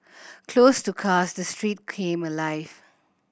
closed to cars the street came alive